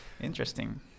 interesting